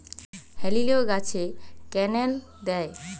হেলিলিও গাছে ক্যানেল দেয়?